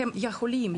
הם יכולים.